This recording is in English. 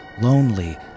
Lonely